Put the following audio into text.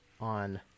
on